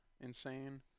insane